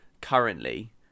currently